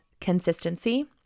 consistency